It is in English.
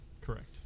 Correct